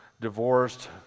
divorced